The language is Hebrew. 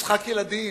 משחק ילדים,